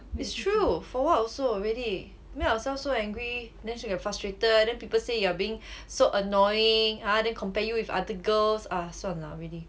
it's true for what also really make yourself so angry then still get frustrated then people say you're being so annoying ugh then compare you with other girls ah 算了 lah really